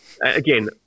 Again